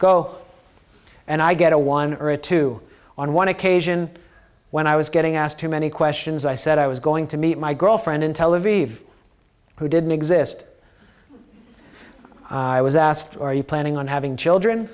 go and i get a one or a two on one occasion when i was getting asked too many questions i said i was going to meet my girlfriend in tel aviv who didn't exist i was asked are you planning on having children